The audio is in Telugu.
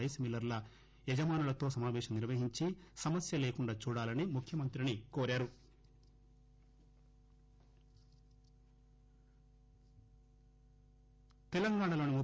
రైస్ మిల్లర్ల యజమానులతో సమాపేశం నిర్వహించి సమస్య లేకుండా చూడాలని ముఖ్యమంత్రిని కోరారు